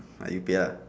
ah you pay lah